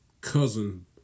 cousin